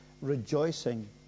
rejoicing